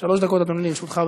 דקות, אדוני, לרשותך.